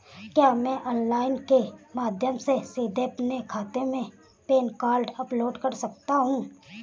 क्या मैं ऑनलाइन के माध्यम से सीधे अपने खाते में पैन कार्ड अपलोड कर सकता हूँ?